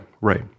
right